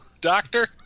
doctor